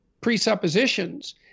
presuppositions